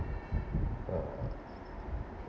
uh